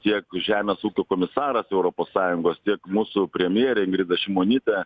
tiek žemės ūkio komisaras europos sąjungos tiek mūsų premjerė ingrida šimonytė